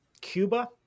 Cuba